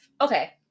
Okay